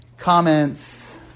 Comments